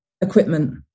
equipment